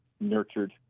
nurtured